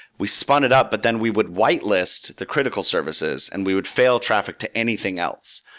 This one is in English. we spun it up, but then we would whitelist the critical services, and we would fail traffic to anything else.